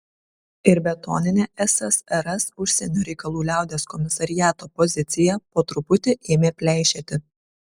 ir betoninė ssrs užsienio reikalų liaudies komisariato pozicija po truputį ėmė pleišėti